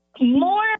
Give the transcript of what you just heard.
More